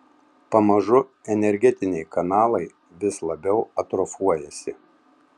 pamažu energetiniai kanalai vis labiau atrofuojasi